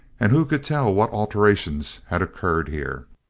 and who could tell what alterations had occurred here?